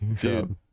Dude